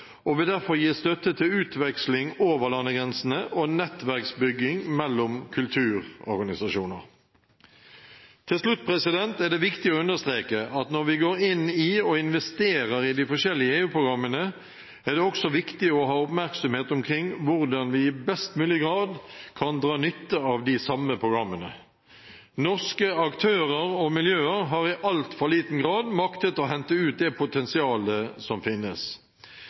og vil derfor gi støtte til utveksling over landegrensene og nettverksbygging mellom kulturorganisasjoner. Til slutt er det viktig å understreke at når vi går inn i og investerer i de forskjellige EU-programmene, er det også viktig å ha oppmerksomhet omkring hvordan vi i best mulig grad kan dra nytte av de samme programmene. Norske aktører og miljøer har i altfor liten grad maktet å hente ut det potensialet som finnes.